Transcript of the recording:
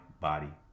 body